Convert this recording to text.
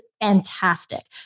fantastic